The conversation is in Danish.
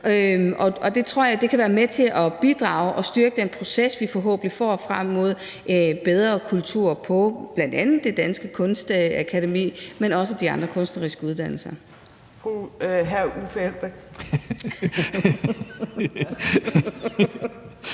Det tror jeg kan være med til at bidrage og styrke den proces, vi forhåbentlig får frem mod bedre kulturer på bl.a. Det Kongelige Danske Kunstakademi, men også de andre kunstneriske uddannelser.